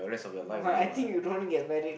I think you don't get married